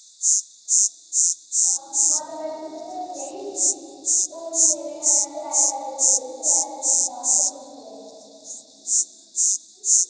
हां माता वैश्णो ते में होई आई हून मेरे हैन त्रै चार दिन बिच त्रै चार दिन बाद ऐ मेरी ट्रैन